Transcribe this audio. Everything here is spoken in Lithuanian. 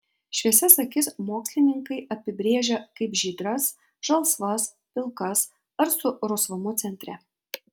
šviesias akis mokslininkai apibrėžia kaip žydras žalsvas pilkas ar su rusvumu centre